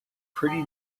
pretty